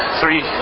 three